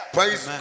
Praise